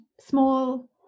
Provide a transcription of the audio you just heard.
small